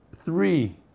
three